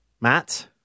Matt